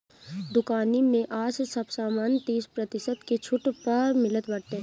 दुकानी में आज सब सामान तीस प्रतिशत के छुट पअ मिलत बाटे